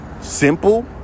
simple